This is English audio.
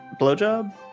Blowjob